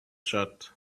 shut